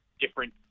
different